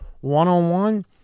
one-on-one